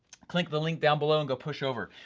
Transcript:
click the link down below and go push over.